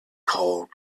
cold